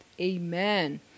Amen